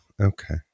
Okay